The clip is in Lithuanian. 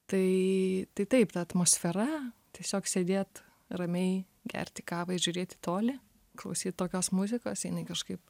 tai tai taip ta atmosfera tiesiog sėdėt ramiai gerti kavą ir žiūrėt į toli klausyt tokios muzikos jinai kažkaip